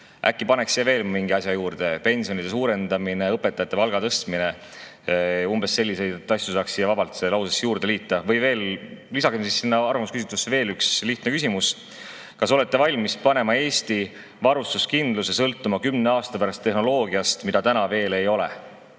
Äkki paneks siia veel mingi asja juurde: pensionide suurendamine, õpetajate palga tõstmine? Umbes selliseid asju saaks vabalt siia lausesse juurde liita. Või lisagem sinna arvamusküsitlusse veel üks lihtne küsimus: "Kas olete valmis panema Eesti varustuskindluse sõltuma kümne aasta pärast tehnoloogiast, mida täna veel ei ole?"